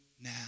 now